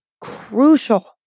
crucial